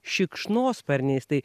šikšnosparniais tai